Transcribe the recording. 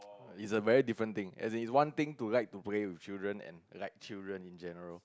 it's a very different thing as it's one thing to like to play with children and like children in general